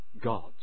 God